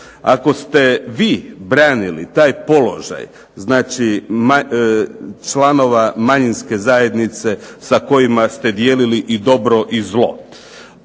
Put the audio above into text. Ako ste vi branili taj položaj, znači članova manjinske zajednice sa kojima ste dijelili i dobro i zlo.